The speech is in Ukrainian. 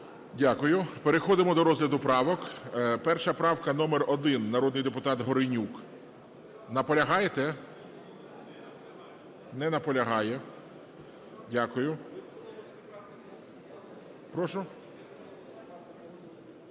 Дякую. Переходимо до розгляду правок. Перша правка, номер 1, народний депутат Горенюк. Наполягаєте? Не наполягає. Дякую. Прошу?